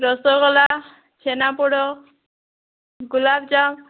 rasgulla chhena poda gulab jamun